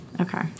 Okay